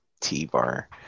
T-Bar